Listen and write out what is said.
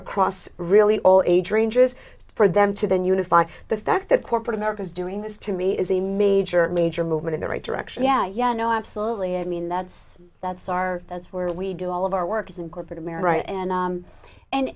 across really all age ranges for them to then unify the fact that corporate america is doing this to me is a major major movement in the right direction yeah yeah no absolutely i mean that's that's our that's where we do all of our work is in corporate america and